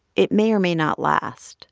it may or may not last